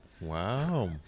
Wow